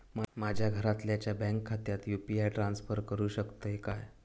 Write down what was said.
माझ्या घरातल्याच्या बँक खात्यात यू.पी.आय ट्रान्स्फर करुक शकतय काय?